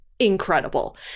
Incredible